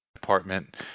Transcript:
...department